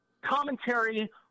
commentary